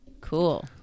Cool